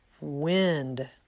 wind